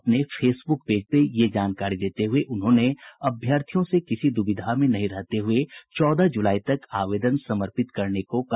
अपने Facebook page पर ये जानकारी देते हुए उन्होंने अभ्यर्थियों से किसी दुविधा में नहीं रहते हुए चौदह जुलाई तक आवेदन समर्पित करने को कहा